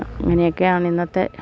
ഇങ്ങനെയൊക്കെയാണ് ഇന്നത്തെ